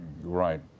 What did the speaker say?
Right